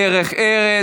דרך ארץ.